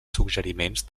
suggeriments